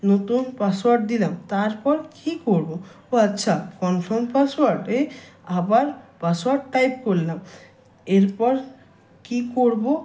নতুন পাসওয়ার্ড দিলাম তারপর কী করব ও আচ্ছা কনফার্ম পাসওয়ার্ডে আবার পাসওয়ার্ড টাইপ করলাম এরপর কী করব